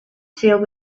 filled